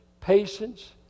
patience